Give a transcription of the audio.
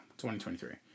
2023